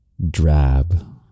Drab